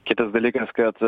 kitas dalykas kad